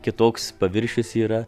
kitoks paviršius yra